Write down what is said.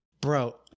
Bro